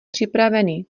připravený